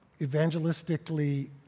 evangelistically